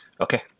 Okay